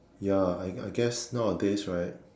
ya I I guess nowadays right